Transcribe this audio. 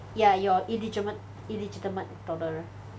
ya your illegit~ illegitimate daughter